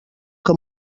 que